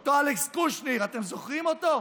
אותו אלכס קושניר, אתם זוכרים אותו?